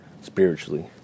spiritually